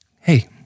hey